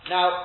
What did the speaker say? Now